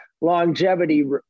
longevity